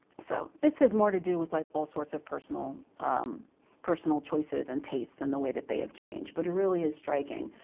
so this has more to do with like all sorts of personal personal choices and tastes and the way that they have changed. but it really is striking.